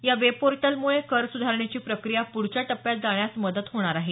या वेब पोर्टलमुळे कर सुधारणेची प्रक्रिया प्ढच्या टप्प्यात जाण्यास मदत होणार आहे